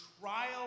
trial